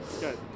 Good